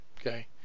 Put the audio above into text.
Okay